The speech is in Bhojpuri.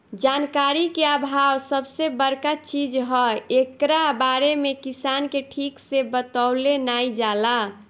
जानकारी के आभाव सबसे बड़का चीज हअ, एकरा बारे में किसान के ठीक से बतवलो नाइ जाला